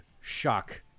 shock